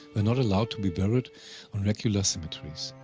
ah not allowed to be buried on regular cemeteries.